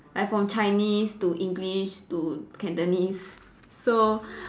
like from Chinese to English to Cantonese so